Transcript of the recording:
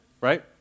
right